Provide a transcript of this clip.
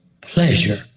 pleasure